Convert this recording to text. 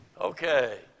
Okay